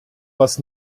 was